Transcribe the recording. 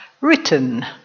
written